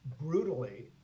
brutally